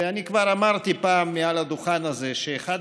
ואני כבר אמרתי פעם מעל הדוכן הזה שאחד